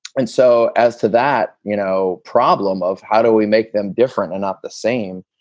and so as to that you know problem of how do we make them different and not the same,